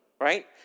right